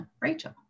Rachel